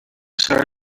sorry